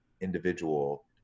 individual